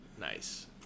nice